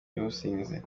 n’ubusinzi